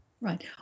Right